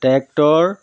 tractor